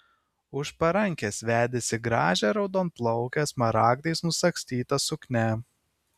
už parankės vedėsi gražią raudonplaukę smaragdais nusagstyta suknia